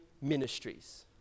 ministries